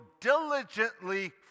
diligently